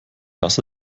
das